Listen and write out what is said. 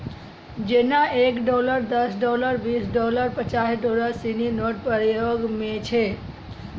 जेना एक डॉलर दस डॉलर बीस डॉलर पचास डॉलर सिनी नोट प्रयोग म छै